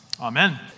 Amen